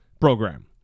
program